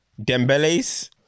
Dembele's